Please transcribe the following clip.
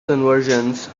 conversions